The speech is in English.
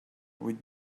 with